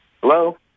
Hello